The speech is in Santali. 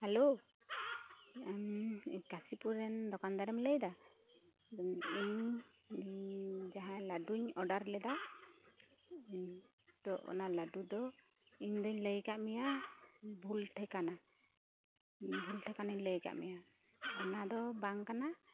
ᱦᱮᱞᱳ ᱠᱟᱥᱤᱯᱩᱨ ᱨᱮᱱ ᱫᱚᱠᱟᱱ ᱫᱟᱨᱮᱢ ᱞᱟᱹᱭ ᱮᱫᱟ ᱤᱧ ᱡᱟᱦᱟᱸᱭ ᱞᱟᱰᱩᱧ ᱚᱰᱟᱨ ᱞᱮᱫᱟ ᱤᱧ ᱫᱚ ᱚᱱᱟ ᱞᱟᱰᱩ ᱫᱚ ᱤᱧᱫᱚᱧ ᱞᱟᱹᱭ ᱟᱠᱟᱫ ᱢᱮᱭᱟ ᱵᱷᱩᱞ ᱴᱷᱤᱠᱟᱹᱱᱟ ᱵᱷᱩᱞ ᱴᱲᱷᱤᱠᱟᱹᱱᱟᱧ ᱞᱟᱹᱭ ᱟᱠᱟᱫ ᱢᱮᱭᱟ ᱚᱱᱟ ᱫᱚ ᱵᱟᱝ ᱠᱟᱱᱟ